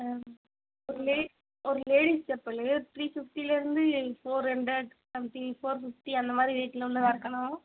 ஒரு லே ஒரு லேடிஸ் செப்பலு த்ரீ ஃபிஃப்ட்டிலேருந்து எங் four hundred something four fifty அந்தமாதிரி ரேடில் உள்ளதாக இருக்கணும்